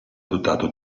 dotato